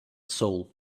soul